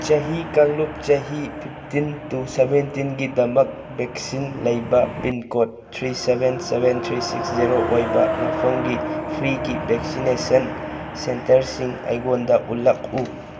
ꯆꯍꯤ ꯀꯥꯡꯂꯨꯞ ꯆꯍꯤ ꯐꯤꯞꯇꯤꯟ ꯇꯨ ꯁꯕꯦꯟꯇꯤꯟ ꯒꯤꯗꯃꯛ ꯚꯦꯛꯁꯤꯟ ꯂꯩꯕ pin code three seven seven three six zero ꯑꯣꯏꯕ ꯃꯐꯝꯒꯤ ꯐ꯭ꯔꯤꯒꯤ ꯚꯦꯛꯁꯤꯅꯦꯁꯟ ꯁꯦꯟꯇꯔꯁꯤꯡ ꯑꯩꯉꯣꯟꯗ ꯎꯠꯂꯛꯎ